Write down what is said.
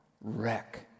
wreck